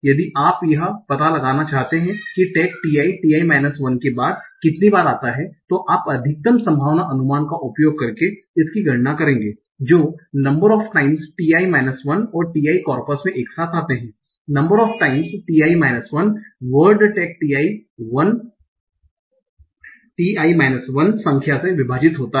यदि आप यह पता लगाना चाहते हैं कि टैग ti ti 1 के बाद कितनी बार आता है तो आप अधिकतम संभावना अनुमान का उपयोग करके इसकी गणना करेंगे जो नंबर ऑफ टाइम्स ti 1 और ti कार्पस में एक साथ आते हैं number of times ti 1 word tag ti 1 संख्या से विभाजित होता है